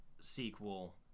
sequel